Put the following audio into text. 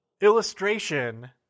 illustration